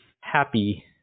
happy